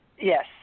Yes